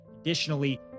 Additionally